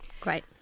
great